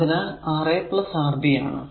അതിനാൽ ഇത് Ra Rb ആണ്